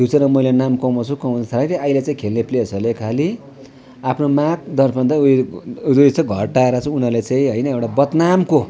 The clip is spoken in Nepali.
फ्युचरमा मैले नाम कमाउँछु कमाउँछु अहिले खेल्ने प्लेयर्सहरूले खालि आफ्नो माग दर्पन त घटाएर चाहिँ उनीहरूले चाहिँ होइन एउटा बदनामको